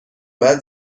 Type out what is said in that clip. بعد